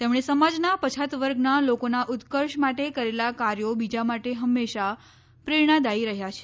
તેમણે સમાજના પછાત વર્ગના લોકોના ઉત્કર્ષ માટે કરેલા કાર્યો બીજા માટે હંમેશા પ્રેરણાદાયી રહ્યા છે